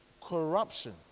corruption